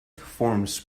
forms